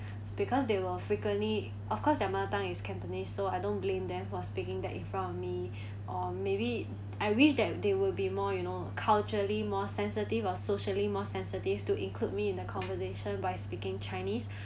because they were frequently of course their mother tongue is cantonese so I don't blame them for speaking that in front of me or maybe I wish that they will be more you know culturally more sensitive or socially more sensitive to include me in the conversation by speaking chinese